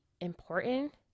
important